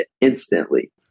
instantly